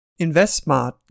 InvestSmart